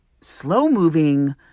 slow-moving